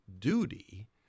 duty